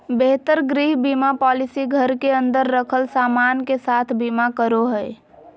बेहतर गृह बीमा पॉलिसी घर के अंदर रखल सामान के साथ बीमा करो हय